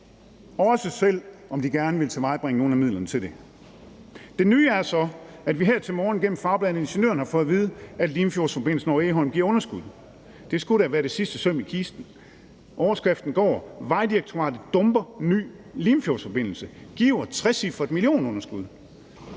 også selv om de gerne ville tilvejebringe nogle af midlerne til det. Det nye er så, at vi her til morgen gennem fagbladet Ingeniøren har fået at vide, at Limfjordsforbindelse over Egholm giver underskud. Det skulle da være det sidste søm i kisten. Overskriften går: »Vejdirektoratet dumper ny Limfjordsforbindelse: Giver trecifret millionunderskud«.